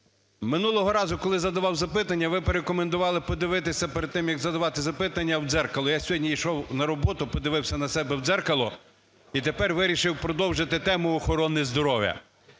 минулого разу, коли я задавав запитання, ви порекомендували подивитися перед тим, як задавати запитання, в дзеркало. Я сьогодні йшов сьогодні на роботу, подивився на себе в дзеркало, і тепер вирішив продовжити тему охорони здоров'я.